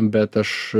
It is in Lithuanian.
bet aš